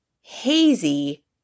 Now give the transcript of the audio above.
hazy